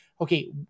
okay